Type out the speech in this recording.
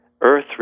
Earth